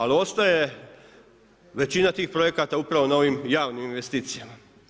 Ali ostaje većina tih projekata upravo na ovim javnim investicijama.